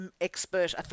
expert